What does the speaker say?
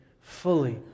fully